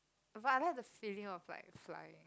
but I like the feeling of like flying